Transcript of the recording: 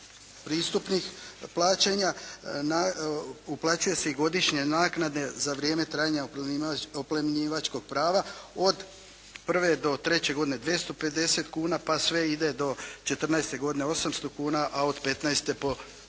pristupnih plaćanja uplaćuje se i godišnja naknada za vrijeme trajanja oplemenjivačkog prava od prve do treće godine 250 kuna, pa sve ide do 14. godine 800 kuna a od 15 tisuću